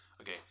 Okay